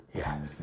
yes